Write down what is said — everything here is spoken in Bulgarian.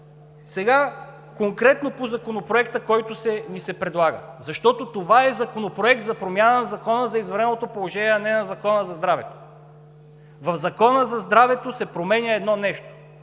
Конкретно сега по Законопроекта, който ни се предлага, защото това е Законопроект за промяна на Закона за извънредното положение, а не на Закона за здравето. В Закона за здравето се променя едно нещо